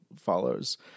follows